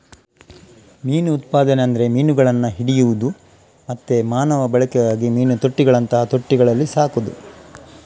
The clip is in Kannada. ಮೀನು ಉತ್ಪಾದನೆ ಅಂದ್ರೆ ಮೀನುಗಳನ್ನ ಹಿಡಿಯುದು ಮತ್ತೆ ಮಾನವ ಬಳಕೆಗಾಗಿ ಮೀನು ತೊಟ್ಟಿಗಳಂತಹ ತೊಟ್ಟಿಗಳಲ್ಲಿ ಸಾಕುದು